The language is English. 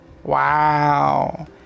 Wow